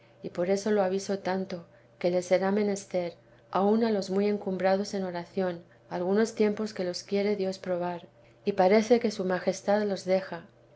y por eso lo aviso tanto que les será menester aun a los muy encumbrados en oración algunos tiempos que los quiere dios probar y parece que su majestad los deja